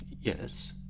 Yes